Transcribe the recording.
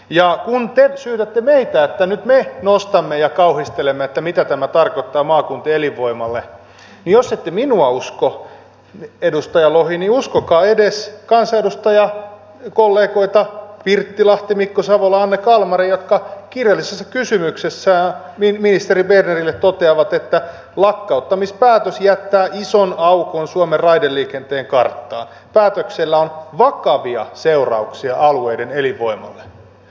ja kun te syytätte meitä että nyt me nostamme tätä ja kauhistelemme mitä tämä tarkoittaa maakuntien elinvoimalle niin jos ette minua usko edustaja lohi uskokaa edes kansanedustajakollegoita pirttilahti mikko savola ja anne kalmari jotka kirjallisessa kysymyksessään ministeri bernerille toteavat että lakkauttamispäätös jättää ison aukon suomen raideliikenteen karttaan päätöksellä on vakavia seurauksia alueiden elinvoimalle